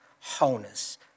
wholeness